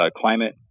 climate